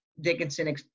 Dickinson